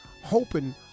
Hoping